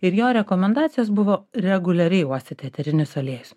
ir jo rekomendacijos buvo reguliariai uostyti eterinius aliejus